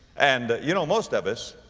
and, ah, you know most of us,